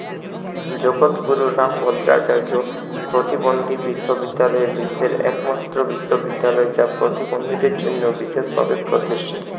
জগদগুরু রামভদ্রাচার্য প্রতিবন্ধী বিশ্ববিদ্যালয় বিশ্বের একমাত্র বিশ্ববিদ্যালয় যা প্রতিবন্ধীদের জন্য বিশেষভাবে প্রতিষ্ঠিত